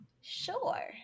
Sure